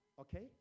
okay